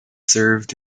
served